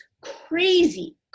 crazy